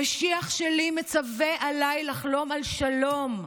המשיח שלי מצווה עליי לחלום על שלום.